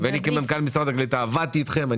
אני כמנכ"ל משרד הקליטה לשעבר עבדתי איתכם,